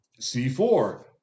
C4